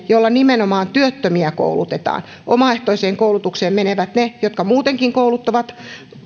jolla nimenomaan työttömiä koulutetaan omaehtoiseen koulutukseen menevät ne jotka muutenkin kouluttautuvat